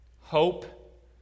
hope